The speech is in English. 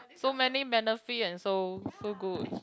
so many benefit and so so good